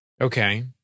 Okay